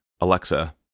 Alexa